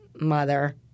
mother